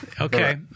Okay